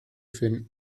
finden